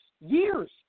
years